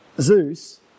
Zeus